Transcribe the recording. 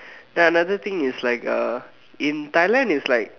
ya another thing is like uh in Thailand it's like